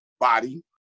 body